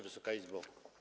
Wysoka Izbo!